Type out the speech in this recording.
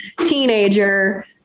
Teenager